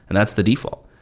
and that's the default.